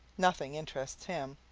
nothing interests him.